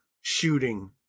shooting